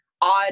odd